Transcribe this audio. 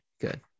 good